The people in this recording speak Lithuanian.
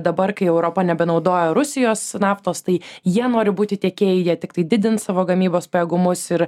dabar kai europa nebenaudoja rusijos naftos tai jie nori būti tiekėjai jie tiktai didins savo gamybos pajėgumus ir